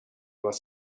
was